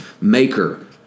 maker